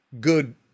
good